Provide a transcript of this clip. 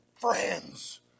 friends